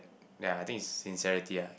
ya I think is sincerity ah